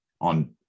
on